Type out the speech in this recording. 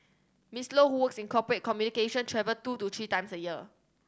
Miss Low who works in corporate communication travel two to three times a year